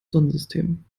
sonnensystem